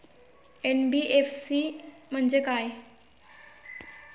NBFC म्हणजे काय?